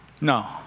No